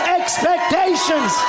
expectations